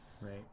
Right